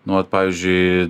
nu vat pavyzdžiui